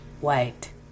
white